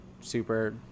super